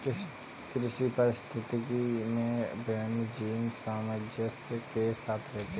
कृषि पारिस्थितिकी में विभिन्न जीव सामंजस्य के साथ रहते हैं